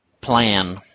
plan